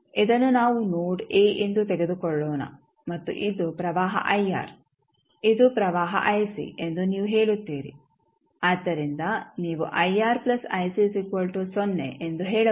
ಇದನ್ನು ನಾವು node a ಎಂದು ತೆಗೆದುಕೊಳ್ಳೋಣ ಮತ್ತು ಇದು ಪ್ರವಾಹ ಇದು ಪ್ರವಾಹ ಎಂದು ನೀವು ಹೇಳುತ್ತೀರಿ ಆದ್ದರಿಂದ ನೀವುಎಂದು ಹೇಳಬಹುದು